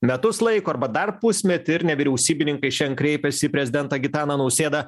metus laiko arba dar pusmetį ir nevyriausybininkai šian kreipėsi į prezidentą gitaną nausėdą